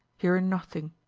hearing nothing.